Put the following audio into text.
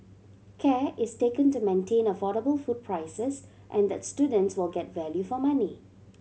care is taken to maintain affordable food prices and that students will get value for money